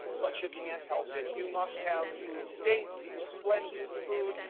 but you can't help it. you must have food, dainty splendid food,